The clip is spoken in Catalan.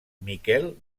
miquel